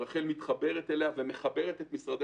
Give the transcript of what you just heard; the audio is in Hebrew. רח"ל מתחברת אליה ומחברת את משרדי